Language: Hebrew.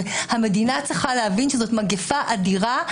המדינה צריכה להבין שזאת מגפה אדירה,